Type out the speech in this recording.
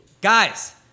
guys